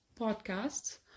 podcasts